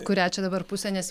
kurią čia dabar pusę nes